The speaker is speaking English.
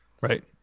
Right